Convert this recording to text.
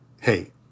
Hey